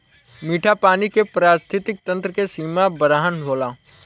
मीठा पानी के पारिस्थितिकी तंत्र के सीमा बरहन होला